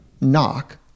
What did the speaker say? knock